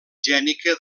gènica